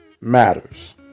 matters